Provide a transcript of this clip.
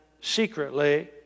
secretly